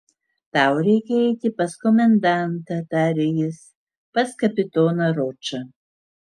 tau reikia eiti pas komendantą tarė jis pas kapitoną ročą